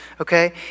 okay